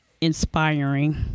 Inspiring